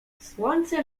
słońce